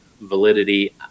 Validity